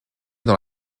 dans